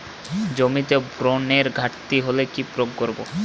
জমিতে বোরনের ঘাটতি হলে কি প্রয়োগ করব?